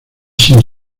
sin